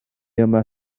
yma